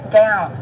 down